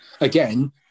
again